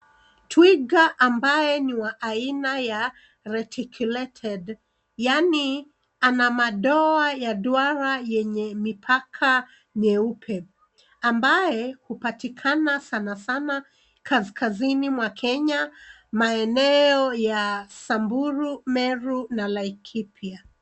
Twiga ambaye ni wa aina ya reticulated yaani madoa ya duara yenye mipaka mieupe, ambaye hupatikana sana sana kaskazini mwa Kenya, maeneo ya Samburu, Meru na Laikipia.